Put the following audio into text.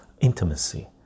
intimacy